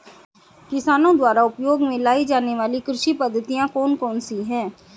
किसानों द्वारा उपयोग में लाई जाने वाली कृषि पद्धतियाँ कौन कौन सी हैं?